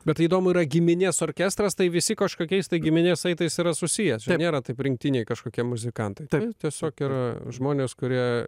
bet tai įdomu yra giminės orkestras tai visi kažkokiais tai giminės saitais yra susiję čia nėra taip rinktiniai kažkokie muzikantai ten tiesiog yra žmonės kurie